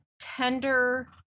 tender